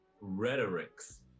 rhetorics